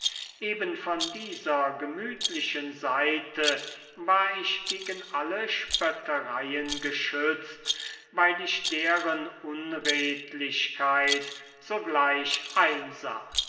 eben von dieser gemütlichen seite war ich gegen alle spöttereien geschützt weil ich deren unredlichkeit sogleich einsah